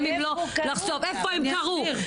איפה הם קרו?